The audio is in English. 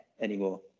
anymore